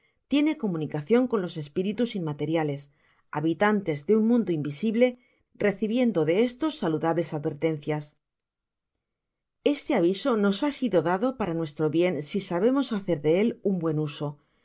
tiene comunicacion con los espíritus inmateriales habitantes de un mundo invisible recibiendo de estos saludables advertencias este aviso nos ha sido dado para nuestro bien si sabemos hacer de él un buen uso